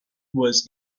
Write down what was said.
was